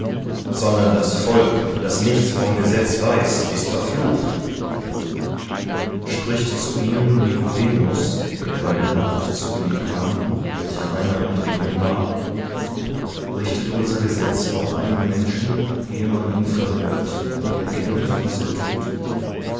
sondern das volk das nichts vom gesetz weiß ist verflucht spricht zu ihnen nikodemus der bei der nacht zu ihm kam welcher einer unter ihnen war richtet unser gesetz auch einen menschen ehe man ihn verhört und erkennt was er tut